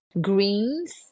greens